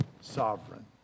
sovereign